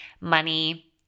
money